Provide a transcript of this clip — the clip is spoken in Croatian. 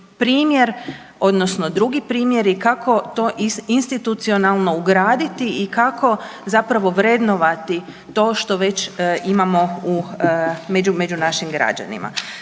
primjer odnosno drugi primjeri kako to institucionalno ugraditi i kako zapravo vrednovati to što već imamo među našim građanima.